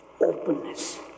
openness